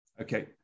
Okay